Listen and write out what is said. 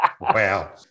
Wow